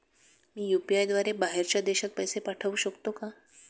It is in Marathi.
मी यु.पी.आय द्वारे बाहेरच्या देशात पैसे पाठवू शकतो का?